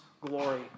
glory